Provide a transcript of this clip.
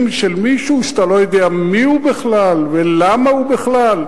של מישהו שאתה לא יודע מי הוא בכלל ולמה הוא בכלל?